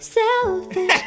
selfish